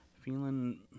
Feeling